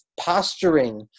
posturing